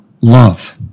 love